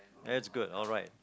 that's good alright